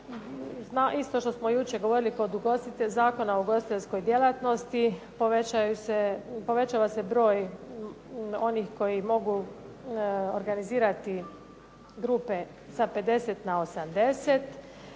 ugostiteljskoj djelatnosti, povećava se broj onih koji mogu organizirati grupe sa 50 na 80.